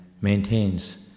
maintains